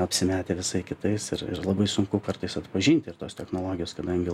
apsimetę visai kitais ir labai sunku kartais atpažinti ir tos technologijos kadangi